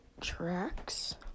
tracks